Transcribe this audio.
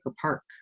park